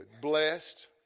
Blessed